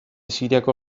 siriako